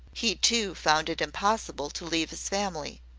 he, too, found it impossible to leave his family.